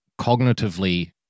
cognitively